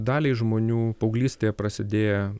daliai žmonių paauglystėje prasidėję